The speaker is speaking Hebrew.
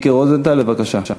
1139, 1747,